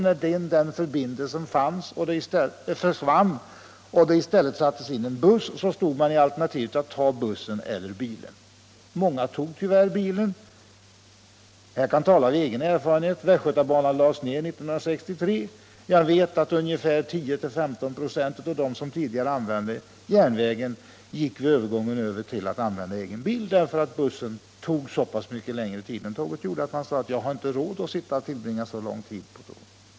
När den förbindelse man kunde använda försvann och det i stället sattes in en buss, stod man inför alternativet att använda den bussen eller att ta bilen. Många tog tyvärr bilen. Jag kan tala av egen erfarenhet. Västgötabanan lades ned 1963. 10 ä 15 96 av dem som tidigare använde järnvägen övergick då till att använda egen bil. Bussen tog så pass mycket längre tid än vad tåget hade gjort, att många inte ansåg sig ha råd med den restiden.